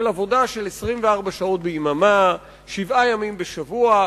של עבודה של 24 שעות ביממה, שבעה ימים בשבוע.